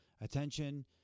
attention